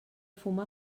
fuma